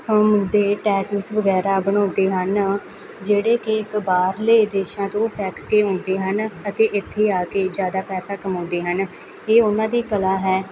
ਮੁੰਡੇ ਟੈਟੂਸ ਵਗੈਰਾ ਬਣਾਉਂਦੇ ਹਨ ਜਿਹੜੇ ਕਿ ਇੱਕ ਬਾਹਰਲੇ ਦੇਸ਼ਾਂ ਤੋਂ ਸਿੱਖ ਕੇ ਆਉਂਦੇ ਹਨ ਅਤੇ ਇੱਥੇ ਆ ਕੇ ਜ਼ਿਆਦਾ ਪੈਸਾ ਕਮਾਉਂਦੇ ਹਨ ਇਹ ਉਹਨਾਂ ਦੀ ਕਲਾ ਹੈ